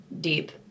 deep